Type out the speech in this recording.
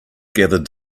gathered